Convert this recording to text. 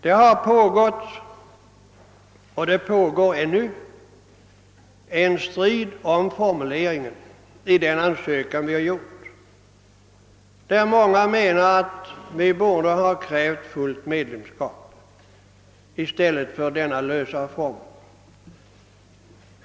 Det har pågått och pågår ännu en strid om formuleringen av den ansökan vi har gjort. Många menar att vi borde ha krävt fullt medlemskap i stället för denna lösare form.